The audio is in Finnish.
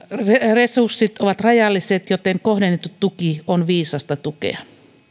resurssit ovat rajalliset joten kohdennettu tuki on viisasta tukea